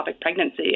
pregnancy